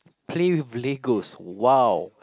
play with Legos !wow!